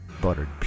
buttered